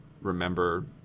remember